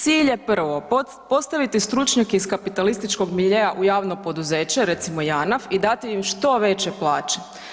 Cilj je prvo postaviti stručnjake iz kapitalističkog miljea u javno poduzeće recimo Janaf i dati im što veće plaće.